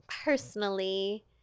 personally